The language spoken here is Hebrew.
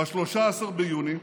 ב-13 ביוני,